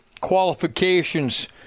qualifications